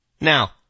Now